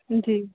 जी